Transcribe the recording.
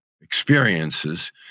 experiences